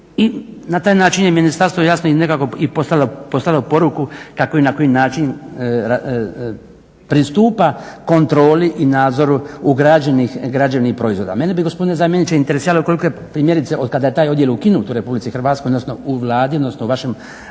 i na taj način je ministarstvo jasno i nekako i poslalo poruku kako i na koji način pristupa kontroli i nadzoru ugrađenih građevnih proizvoda. Mene bi gospodine zamjeniče interesiralo koliko je primjerice od kada je taj odjel ukinut u Republici Hrvatskoj, odnosno u Vladi, odnosno vašem